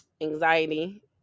anxiety